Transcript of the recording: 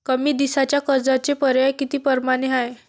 कमी दिसाच्या कर्जाचे पर्याय किती परमाने हाय?